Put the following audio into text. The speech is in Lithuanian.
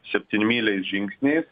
septynmyliais žingsniais